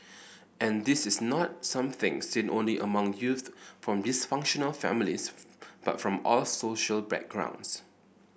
and this is not something seen only among youth from dysfunctional families but from all social backgrounds